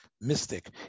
mystic